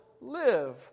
live